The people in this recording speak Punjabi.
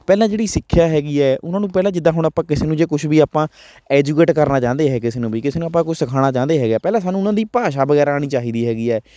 ਪਹਿਲਾਂ ਜਿਹੜੀ ਸਿੱਖਿਆ ਹੈਗੀ ਹੈ ਉਨ੍ਹਾਂ ਨੂੰ ਪਹਿਲਾਂ ਜਿੱਦਾਂ ਹੁਣ ਆਪਾਂ ਕਿਸੇ ਨੂੰ ਜੇ ਕੁਛ ਵੀ ਆਪਾਂ ਐਜੂਕੇਟ ਕਰਨਾ ਚਾਹੁੰਦੇ ਹੈ ਕਿਸੇ ਨੂੰ ਵੀ ਕਿਸੇ ਨੂੰ ਆਪਾਂ ਕੁਛ ਸਿਖਾਉਣਾ ਚਾਹੁੰਦੇ ਹੈਗੇ ਪਹਿਲਾਂ ਸਾਨੂੰ ਉਨ੍ਹਾਂ ਦੀ ਭਾਸ਼ਾ ਵਗੈਰਾ ਆਉਣੀ ਚਾਹੀਦੀ ਹੈਗੀ ਹੈ